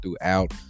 throughout